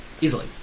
Easily